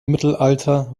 mittelalter